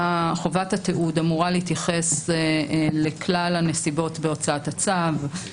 חובת התיעוד אמורה להתייחס לכלל הנסיבות בהוצאת הצו,